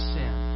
sin